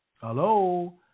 Hello